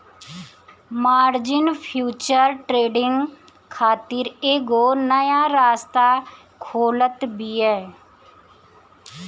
margin future trading खातिर एगो नया रास्ता खोलत बिया